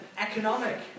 economic